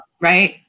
right